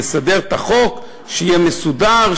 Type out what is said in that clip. לסדר את החוק שיהיה מסודר,